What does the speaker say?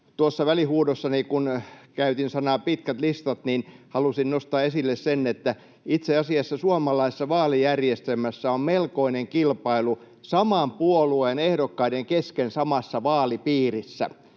tuossa välihuudossani käytin sanoja ”pitkät listat”, niin halusin nostaa esille sen, että itse asiassa suomalaisessa vaalijärjestelmässä on melkoinen kilpailu saman puolueen ehdokkaiden kesken samassa vaalipiirissä.